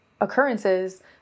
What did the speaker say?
occurrences